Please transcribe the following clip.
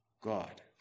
God